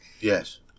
Yes